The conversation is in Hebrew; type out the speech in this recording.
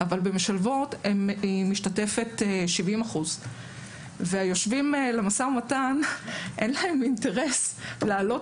אבל במשלבות היא משתתפת 70%. ליושבים במשא ומתן אין אינטרס להעלות